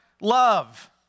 Love